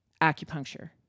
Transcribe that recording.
acupuncture